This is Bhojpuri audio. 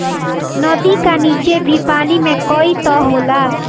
नदी का नीचे भी पानी के कई तह होला